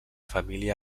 família